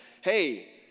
hey